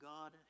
God